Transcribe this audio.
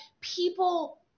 people